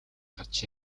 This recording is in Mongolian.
гарч